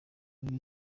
ibi